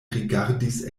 rigardis